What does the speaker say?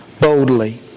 boldly